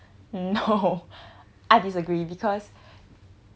no I disagree because